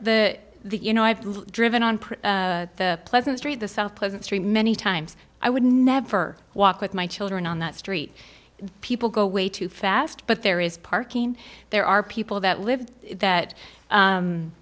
the the you know i've driven on the pleasant street the south pleasantry many times i would never walk with my children on that street people go way too fast but there is parking there are people that live that